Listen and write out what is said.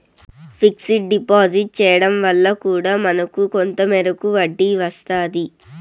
fixed deposit చేయడం వల్ల కూడా మనకు కొంత మేరకు వడ్డీ వస్తాది